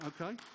okay